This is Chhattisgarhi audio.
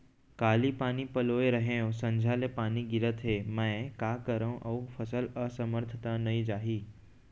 काली पानी पलोय रहेंव, संझा ले पानी गिरत हे, मैं का करंव अऊ फसल असमर्थ त नई जाही?